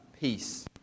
peace